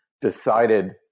decided